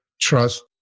trust